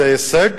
זה הישג